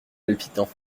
palpitant